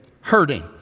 hurting